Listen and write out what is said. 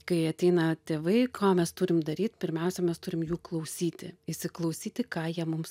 kai ateina tėvai ką mes turim daryt pirmiausia mes turim jų klausyti įsiklausyti ką jie mums